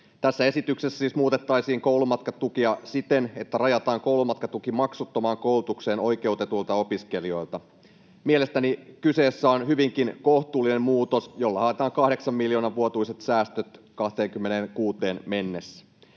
Tässä esityksessä siis muutettaisiin koulumatkatukea siten, että rajataan koulumatkatuki maksuttomaan koulutukseen oikeutetuille opiskelijoille. Mielestäni kyseessä on hyvinkin kohtuullinen muutos, jolla haetaan kahdeksan miljoonan vuotuiset säästöt vuoteen 26 mennessä.